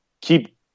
keep